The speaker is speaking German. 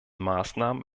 maßnahmen